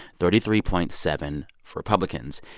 thirty three point seven for republicans.